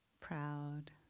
proud